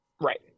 Right